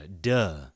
duh